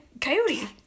coyote